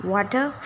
Water